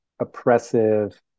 oppressive